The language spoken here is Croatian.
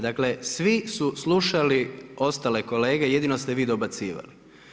Dakle, svi su slušali ostale kolege, jedino ste vi dobacivali.